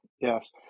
Yes